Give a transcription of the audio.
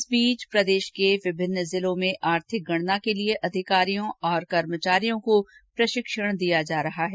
इस बीच प्रदेश के विभिन्न जिलों में आर्थिक गणना के लिए अधिकारियों और कर्मचारियों को प्रशिक्षण दिया जा रहा है